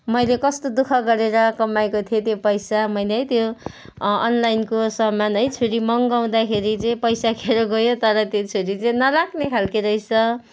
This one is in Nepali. मैले कस्तो दु ख गरेर कमाएको थिएँ त्यो पैसा मैले है त्यो अनलाइनको सामान है छुरी मगाउँदाखेरि चाहिँ पैसा खेर गयो तर त्यो छुरी चाहिँ नलाग्ने खालको रहेछ